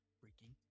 freaking